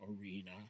Arena